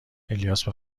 الیاس، به